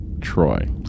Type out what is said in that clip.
Troy